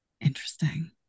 Interesting